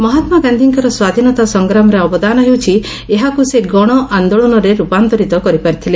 ମହାତ୍ମାଗାନ୍ଧିଙ୍କର ସ୍ୱାଧୀନତା ସଂଗ୍ରାମରେ ଅବଦାନ ହେଉଛି ଏହାକୁ ସେ ଗଣ ଆନ୍ଦୋଳନରେ ରୂପାନ୍ତରିତ କରିପାରିଥିଲେ